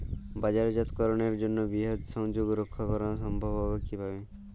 বাজারজাতকরণের জন্য বৃহৎ সংযোগ রক্ষা করা সম্ভব হবে কিভাবে?